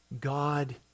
God